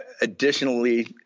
additionally